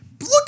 Look